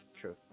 true